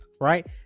right